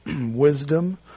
wisdom